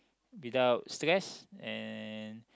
without stress and